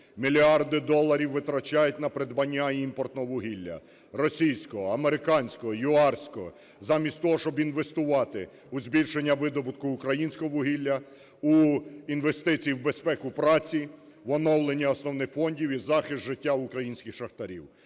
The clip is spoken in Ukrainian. Мільярди доларів витрачають на придбання імпортного вугілля: російського, американського, юарського, замість того щоб інвестувати у збільшення видобутку українського вугілля, у інвестиції, у безпеку праці, в оновлення основних фондів і захист життя українських шахтарів.